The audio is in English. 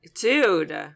Dude